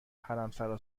حرمسرا